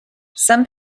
some